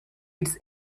its